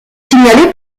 signalés